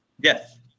Yes